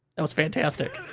and was fantastic.